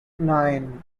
nine